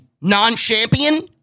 non-champion